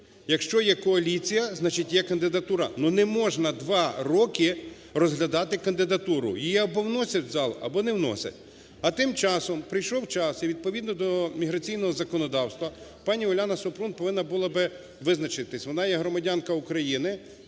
Якщо є коаліція, значить, є кандидатура. Ну, не можна 2 роки розглядати кандидатуру, її або вносять в зал, або не вносять. А тим часом прийшов час і відповідно до міграційного законодавства, пані Уляна Супрун повинна була би визначитися: вона є громадянка України